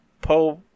Pope